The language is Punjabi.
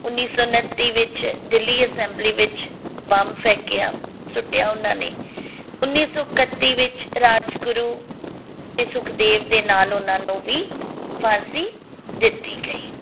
ਉੱਨੀ ਸੌ ਉਣੱਤੀ ਵਿੱਚ ਦਿੱਲੀ ਅਸੈਂਬਲੀ ਵਿੱਚ ਬੰਬ ਫੈਂਕਿਆ ਸੁੱਟਿਆ ਉਹਨਾਂ ਨੇ ਉੱਨੀ ਸੌ ਇਕੱਤੀ ਵਿੱਚ ਰਾਜਗੁਰੂ ਅਤੇ ਸੁਖਦੇਵ ਦੇ ਨਾਲ ਉਹਨਾਂ ਨੂੰ ਵੀ ਫਾਂਸੀ ਦਿੱਤੀ ਗਈ